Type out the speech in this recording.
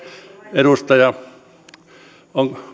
edustaja meillä on